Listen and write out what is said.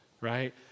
right